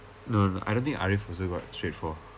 no I don't think ariff was straight for